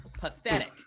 pathetic